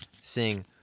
sing